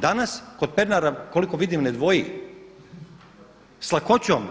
Danas kod Pernara koliko vidim ne dvoji, s lakoćom,